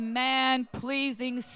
man-pleasing